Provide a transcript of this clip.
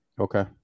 Okay